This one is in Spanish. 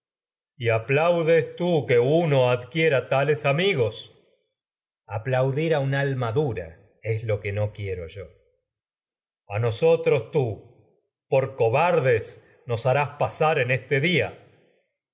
y aplaudes tú que uno adquiera amigos ulises aplaudir a una alma dura es lo que quiero yo agamemnón a nosotros tú por cobardes nos harás pasar en este día